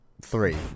three